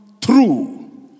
true